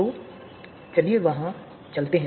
तो हम अभी वहाँ पहुँचेंगे